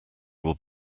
will